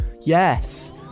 Yes